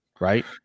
right